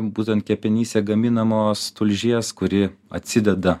būtent kepenyse gaminamos tulžies kuri atsideda